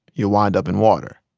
you'll wind up in water.